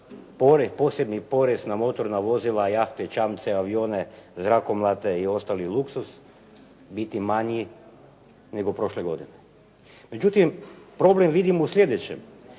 posebni porez na motorna vozila, jahte, čamce, avione, zrakomlate i ostali luksuz biti manji nego prošle godine. Međutim, problem vidim u slijedećem,